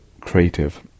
creative